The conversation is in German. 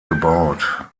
gebaut